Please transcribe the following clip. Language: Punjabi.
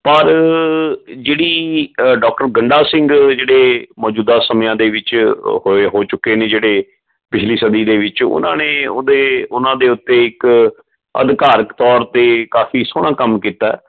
ਪਰ ਜਿਹੜੀ ਡੋਕਟਰ ਗੰਡਾ ਸਿੰਘ ਜਿਹੜੇ ਮੌਜੂਦਾ ਸਮਿਆਂ ਦੇ ਵਿੱਚ ਹੋ ਚੁੱਕੇ ਨੇ ਜਿਹੜੇ ਪਿਛਲੀ ਸਦੀ ਦੇ ਵਿੱਚ ਉਹਨਾਂ ਨੇ ਉਹਦੇ ਉਹਨਾਂ ਦੇ ਉੱਤੇ ਇੱਕ ਅਧਿਕਾਰਕ ਤੌਰ 'ਤੇ ਕਾਫੀ ਸੋਹਣਾ ਕੰਮ ਕੀਤਾ